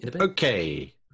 Okay